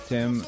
Tim